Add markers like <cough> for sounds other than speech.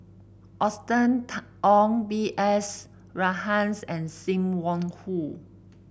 Austen <unintelligible> Ong B S Rajhans and Sim Wong Hoo